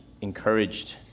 encouraged